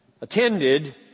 attended